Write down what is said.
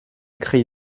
cri